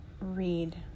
read